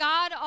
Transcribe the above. God